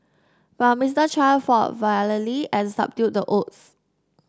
but Mister Chan fought valiantly and subdued the odds